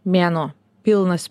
mėnuo pilnas